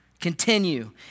continue